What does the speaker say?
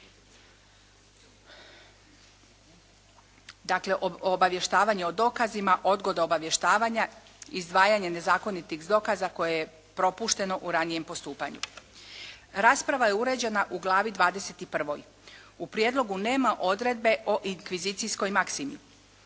Dakle obavještavanje o dokazima, odgoda obavještavanja, izdvajanje nezakonitih dokaza koje je propušteno u ranijem postupanju. Rasprava je uređena u glavi 21. U prijedlogu nema odredbe o inkvizicijskoj maksimi